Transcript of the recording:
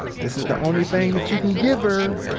this is the only thing that you can give her.